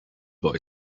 boy